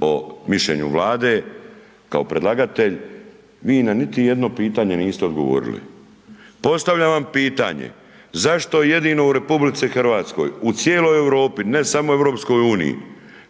o Mišljenju Vlade kao predlagatelj. Vi na niti jedno pitanje niste odgovorili. Postavljam vam pitanje, zašto jedino u RH u cijeloj Europi, ne samo EU,